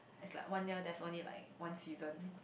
is like one year there's only like one season